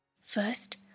First